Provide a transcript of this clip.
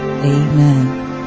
Amen